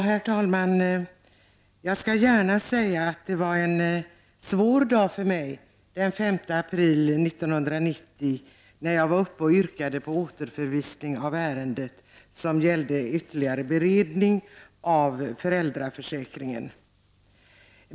Herr talman! Jag skall gärna säga att det var en svår dag för mig den 5 april 1990, när jag yrkade på återförvisning av ärendet om föräldraförsäkringen för ytterligare beredning.